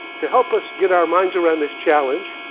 to help us get our minds around this challenge,